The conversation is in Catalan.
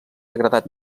agradat